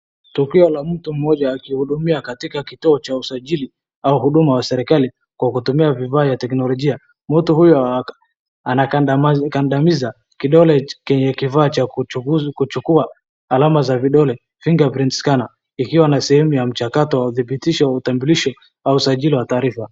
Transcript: Tukio la mtu mmoja akihudumia katika kituo cha usajili au huduma wa serikali kwa kutumia vibaya teknologia. Mtu huyo anakadamiza kidole chenye kifaa cha kuhukua alama za vindole fingerprint scanner ikiwa na sehemu ya mchakato wa thimbitisho ya utambulisho au usajili wa taarifa.